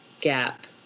gap